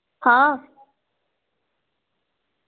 हां